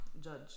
Judge